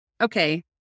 okay